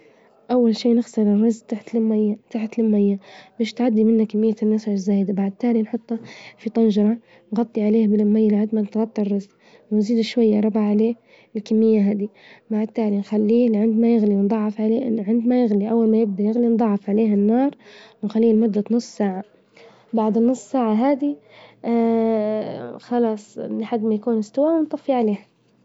أول شي نغسل الرز تحت الميه- تحت الميه، باش تعدى منه كمية النسر الزايدة، بعد تالي نحطه في طنجرة، نغطي عليه بالميه لعندما يتغطى الرز نزيده شوية ربع عليه الكمية هادي، بعد تالي نخلي لعند ما يغلي ونظعف عليه عند ما يغلي أول ما يبدو يغلي نظعف عليه النار ونخليه مدة نص ساعة، بعد النص ساعة هادي خلاص حد ما يكون استوى ونطفي عليه.